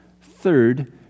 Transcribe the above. Third